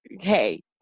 hey